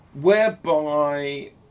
whereby